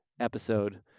episode